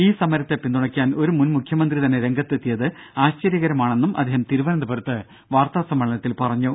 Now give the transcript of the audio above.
ഈ സമരത്തെ പിന്തുണക്കാൻ ഒരു മുൻ മുഖ്യമന്ത്രി തന്നെ രംഗത്തെത്തിയത് ആശ്ചര്യകരമാണെന്നും അദ്ദേഹം തിരുവനന്തപുരത്ത് വാർത്താസമ്മേളനത്തിൽ പറഞ്ഞു